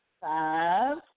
five